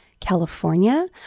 California